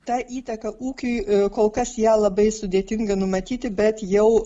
tą įtaka ūkiui kol kas ją labai sudėtinga numatyti bet jau